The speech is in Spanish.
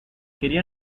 quería